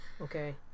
Okay